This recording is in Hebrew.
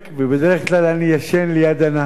ובדרך כלל אני ישן ליד הנהג,